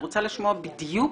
אני רוצה לשמוע בדיוק